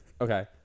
Okay